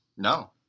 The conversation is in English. No